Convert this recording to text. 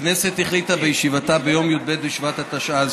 הכנסת החליטה בישיבתה ביום י"ב בשבט התשע"ז,